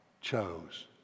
chose